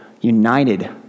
united